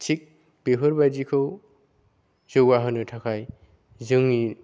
थिग बेफोरबायदिखौ जौगाहोनो थाखाय जोंनि